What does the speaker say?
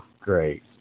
great